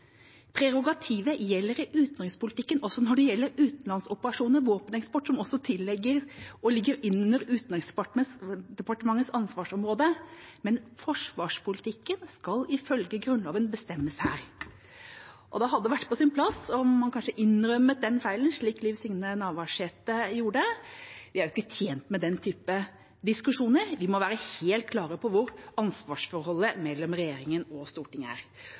Prerogativet gjelder i utenrikspolitikken, også når det gjelder utenlandsoperasjoner og våpeneksport, som også tilligger og ligger innunder Utenriksdepartementets ansvarsområde. Men forsvarspolitikken skal ifølge Grunnloven bestemmes her. Da hadde det vært på sin plass om han kanskje innrømmet den feilen, slik representanten Liv Signe Navarsete gjorde. Vi er ikke tjent med den typen diskusjoner. Vi må være helt klare på hvordan ansvarsforholdet mellom regjeringa og Stortinget er.